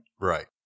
Right